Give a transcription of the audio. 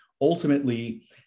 ultimately